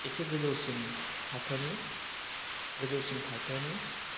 इसे गोजौसिन थाखोनि गोजौसिन थाखोनि